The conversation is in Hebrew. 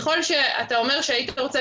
אתה אומר שהיית רוצה,